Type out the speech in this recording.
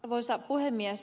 arvoisa puhemies